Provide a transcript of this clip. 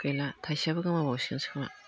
गैला थाइसेयाबो गोमाबावसिगोनसो खोमा